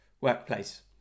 workplace